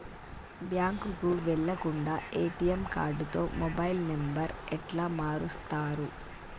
బ్యాంకుకి వెళ్లకుండా ఎ.టి.ఎమ్ కార్డుతో మొబైల్ నంబర్ ఎట్ల మారుస్తరు?